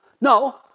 No